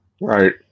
Right